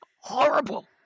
horrible